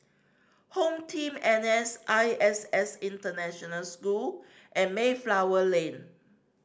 HomeTeam N S I S S International School and Mayflower Lane